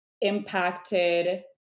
impacted